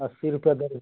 अस्सी रुपया दर